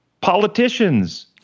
Politicians